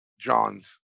John's